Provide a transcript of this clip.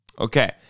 Okay